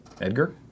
Edgar